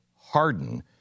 harden